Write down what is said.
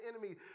enemy